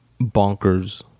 bonkers